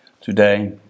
today